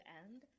end